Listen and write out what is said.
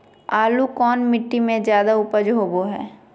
आलू कौन मिट्टी में जादा ऊपज होबो हाय?